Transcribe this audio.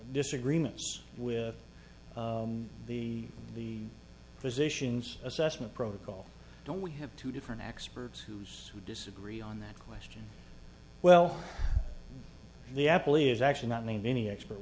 disagreement with the the physician's assessment protocol don't we have two different experts who's would disagree on that question well the apple is actually not named any expert